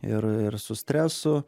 ir ir su stresu